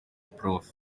prof